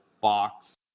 box